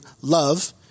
Love